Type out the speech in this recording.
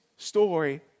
story